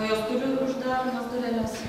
o jos turi uždaromas dureles